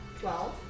twelve